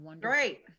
Great